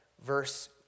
Verse